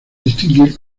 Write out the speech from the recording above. distinguir